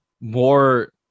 more